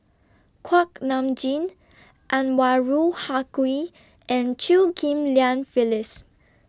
Kuak Nam Jin Anwarul Haque and Chew Ghim Lian Phyllis